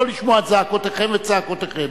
לא לשמוע את זעקותיכם וצעקותיכם.